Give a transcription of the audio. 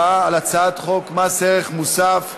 הצעת חוק מס ערך מוסף,